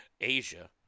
Asia